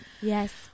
Yes